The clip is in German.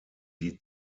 die